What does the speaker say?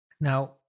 Now